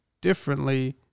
differently